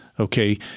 Okay